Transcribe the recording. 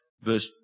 Verse